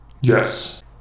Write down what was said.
Yes